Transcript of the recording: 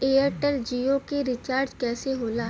Airtel Jio के recharge कैसे होला?